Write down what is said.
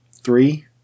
three